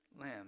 lamb